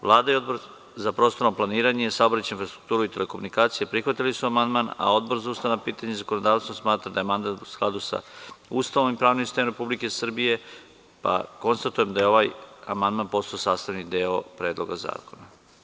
Vlada i Odbor za prostorno planiranje, saobraćaj, infrastrukturu i telekomunikacije prihvatili su amandman, a Odbor za ustavna pitanja i zakonodavstvo smatra da je amandman u skladu sa Ustavom i pravnim sistemom Republike Srbije, pa konstatujem da je ovaj amandman postao sastavni deo Predloga zakona.